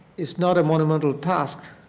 is not a monumental task.